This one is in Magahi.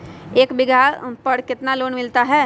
एक बीघा पर कितना लोन मिलता है?